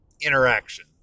interaction